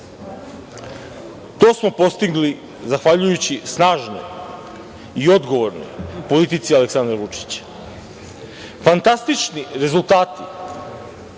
To smo postigli zahvaljujući snažnoj i odgovornoj politici Aleksandra Vučića. Fantastični rezultati